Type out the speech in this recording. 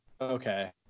Okay